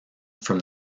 from